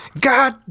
god